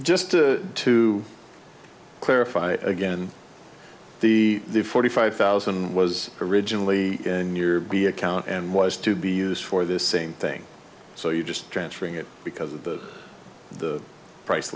just to clarify again the the forty five thousand was originally in your b account and was to be used for the same thing so you just transferring it because of the price